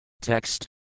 TEXT